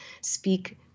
speak